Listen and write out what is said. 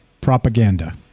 Propaganda